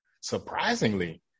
Surprisingly